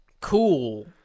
cool